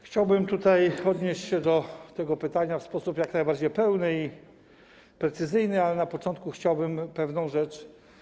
Chciałbym odnieść się do tego pytania w sposób jak najbardziej pełny i precyzyjny, ale na początku chciałbym sprostować pewną rzecz.